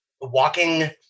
walking